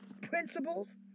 principles